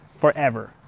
forever